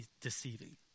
deceiving